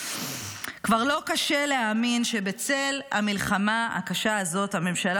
כבר לא קשה להאמין שבצל המלחמה הקשה הזאת הממשלה